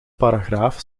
paragraaf